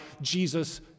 Jesus